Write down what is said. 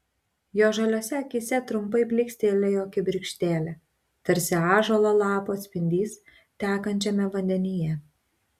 jo žaliose akyse trumpai blykstelėjo kibirkštėlė tarsi ąžuolo lapų atspindys tekančiame vandenyje